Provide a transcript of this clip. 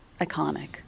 iconic